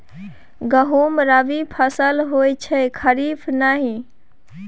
गहुम रबी फसल होए छै खरीफ नहि